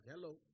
Hello